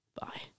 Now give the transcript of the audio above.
bye